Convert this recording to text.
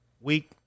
week